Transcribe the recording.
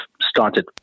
started